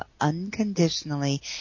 unconditionally